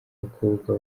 abakobwa